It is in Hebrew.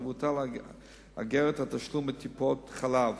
תבוטל אגרת התשלום בטיפות-חלב.